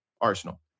Arsenal